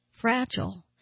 fragile